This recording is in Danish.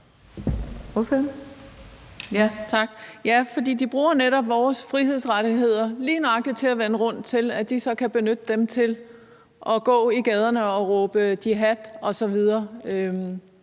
Ja, for de bruger netop vores frihedsrettigheder til lige nøjagtig at vende det rundt til, at de så kan benytte dem til at gå i gaderne og råbe jihad osv.